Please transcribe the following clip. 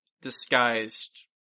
disguised